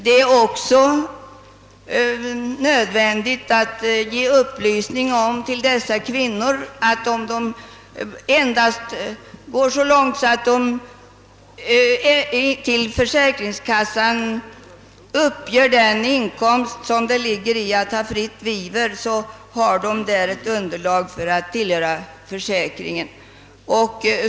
Det är också nödvändigt att ge dessa kvinnor upplysning om att ifall de går till försäkringskassan och uppger den inkomst som det innebär att ha fritt vivre, utgör den inkomsten ett underlag för att tillhöra försäkringen.